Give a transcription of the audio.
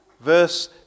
Verse